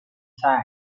site